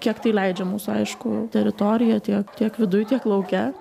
kiek tai leidžia mūsų aišku teritorija tiek tiek viduj tiek lauke